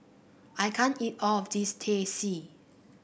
I can't eat all of this Teh C